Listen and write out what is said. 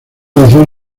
edición